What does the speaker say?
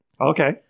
Okay